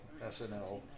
SNL